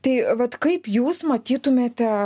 tai vat kaip jūs matytumėte